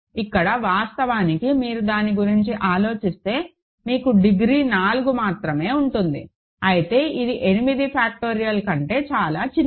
ఇక్కడ వాస్తవానికి మీరు దాని గురించి ఆలోచిస్తే మీకు డిగ్రీ 4 మాత్రమే ఉంటుంది అయితే ఇది 8 ఫాక్టోరియల్ కంటే చాలా చిన్నది